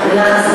בכלל.